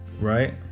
right